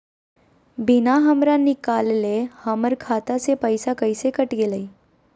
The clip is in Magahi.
बिना हमरा निकालले, हमर खाता से पैसा कैसे कट गेलई?